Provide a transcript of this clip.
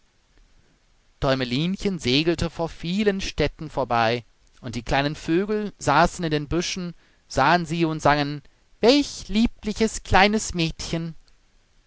däumelinchen segelte vor vielen städten vorbei und die kleinen vögel saßen in den büschen sahen sie und sangen welch liebliches kleines mädchen